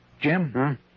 Jim